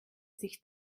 sich